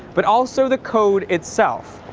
but also the code itself.